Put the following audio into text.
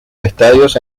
estadios